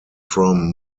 from